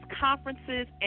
conferences